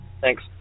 Thanks